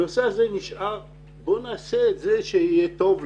הנושא הזה נשאר כנושא עבור צילומים.